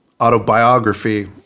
Autobiography